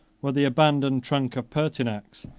were the abandoned trunk of pertinax,